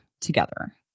together